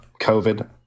COVID